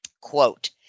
Quote